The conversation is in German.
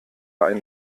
eine